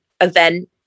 event